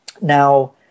Now